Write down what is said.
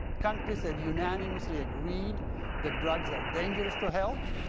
countries have unanimously agreed that drugs are dangerous to health,